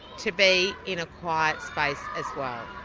to be in a quiet space as well.